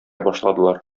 башладылар